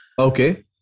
Okay